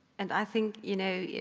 and i think, you know,